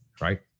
right